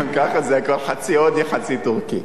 גם ככה זה הכול חצי הודי חצי טורקי.